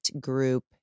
group